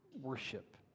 worship